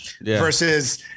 versus